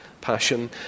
passion